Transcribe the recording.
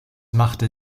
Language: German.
machte